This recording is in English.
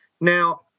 Now